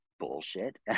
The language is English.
Bullshit